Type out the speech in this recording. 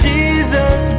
Jesus